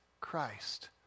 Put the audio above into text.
Christ